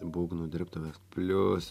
būgnų dirbtuves plius